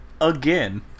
Again